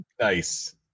Nice